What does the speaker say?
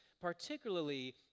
particularly